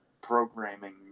programming